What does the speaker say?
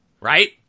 Right